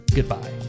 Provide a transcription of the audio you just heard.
Goodbye